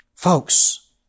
Folks